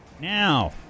Now